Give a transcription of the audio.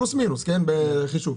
פלוס-מינוס בחישוב.